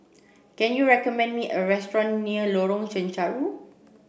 can you recommend me a restaurant near Lorong Chencharu